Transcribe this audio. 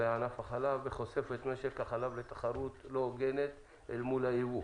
בענף החלב וזה חושף את משק החלב לתחרות לא הוגנת מול היבוא.